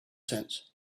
sense